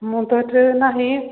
ମୁଁ ତ ସେଠାରେ ନାହିଁ